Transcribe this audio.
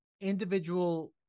individual